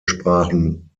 sprachen